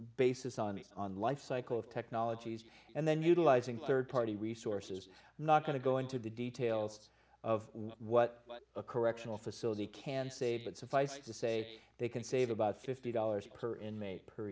basis on the on life cycle of technologies and then utilizing rd party resources not going to go into the details of what a correctional facility can say but suffice it to say they can save about fifty dollars per inmate per